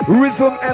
Rhythm